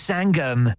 Sangam